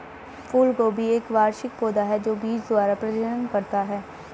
फूलगोभी एक वार्षिक पौधा है जो बीज द्वारा प्रजनन करता है